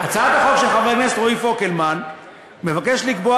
הצעת החוק של חבר הכנסת רועי פוקלמן מבקשת לקבוע